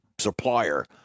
supplier